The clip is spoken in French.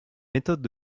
méthodes